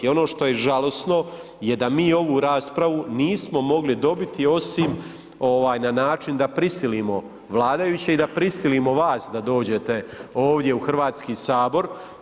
I ono što je žalosno je da mi ovu raspravu nismo mogli dobiti osim na način da prisilimo vladajuće i da prisilimo vas da dođete ovdje u Hrvatski sabor.